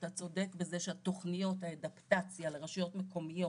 אתה צודק בזה שהתוכניות לאדפטציה לרשויות המקומיות